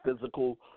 physical